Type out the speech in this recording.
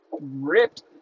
ripped